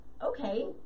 okay